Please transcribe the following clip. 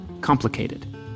complicated